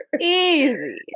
Easy